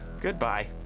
goodbye